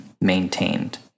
maintained